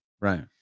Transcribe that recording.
Right